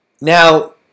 Now